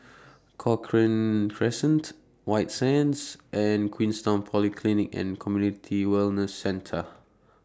Cochrane Crescent White Sands and Queenstown Polyclinic and Community Wellness Centre